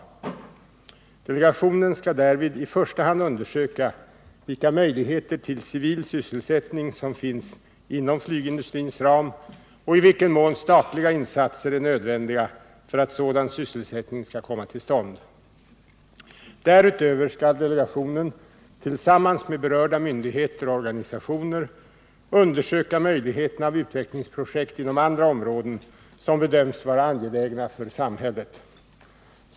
Delegationen skall därvid i första hand undersöka vilka möjligheter till civil sysselsättning som finns inom flygindustrins ram och i vilken mån statliga insatser är nödvändiga för att sådan sysselsättning skall komma till stånd. Därutöver skall delegationen tillsammans med berörda myndigheter och organisationer undersöka möjligheterna till utvecklingsprojekt inom andra områden, som bedöms vara angelägna för samhället.